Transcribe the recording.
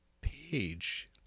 page